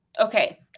Okay